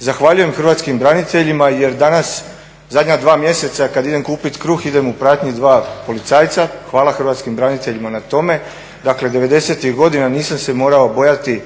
Zahvaljujem hrvatskim braniteljima jer danas zadnja 2 mjeseca kada idem kupiti kruh idem u pratnji dva policajca, hvala hrvatskim braniteljima na tome. Dakle 90.-tih godina nisam se morao bojati